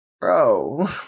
Bro